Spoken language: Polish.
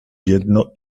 jedno